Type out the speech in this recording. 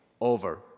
over